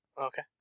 okay